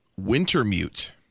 Wintermute